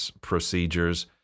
procedures